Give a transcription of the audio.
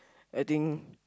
I think